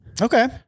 Okay